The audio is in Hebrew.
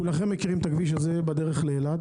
כולכם מכירים את הכביש הזה בדרך לאילת,